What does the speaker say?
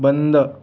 बंद